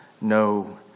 no